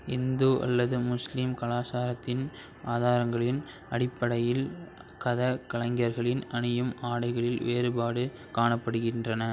இந்து அல்லது முஸ்லிம் கலாச்சாரத்தின் ஆதாரங்களின் அடிப்படையில் கதக் கலைஞர்களின் அணியும் ஆடைகளில் வேறுபாடு காணப்படுகின்றன